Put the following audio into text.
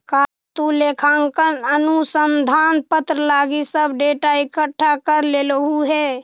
का तु लेखांकन अनुसंधान पत्र लागी सब डेटा इकठ्ठा कर लेलहुं हे?